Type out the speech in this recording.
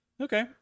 Okay